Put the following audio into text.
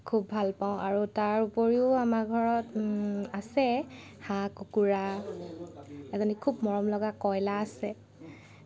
খুব ভাল পাওঁ আৰু তাৰ উপৰিও আমাৰ ঘৰত আছে হাঁহ কুকুৰা এজনী খুব মৰমলগা কয়লাৰ আছে